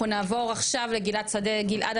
אנחנו נעבור עכשיו לגלעד שדה גלעד,